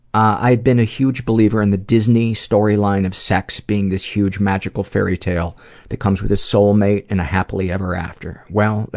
i'd been a huge believer in the disney storyline of sex being this huge, magical fairytale that comes with a soulmate and a happily ever after. well,